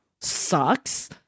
sucks